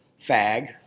fag